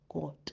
God